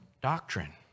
doctrine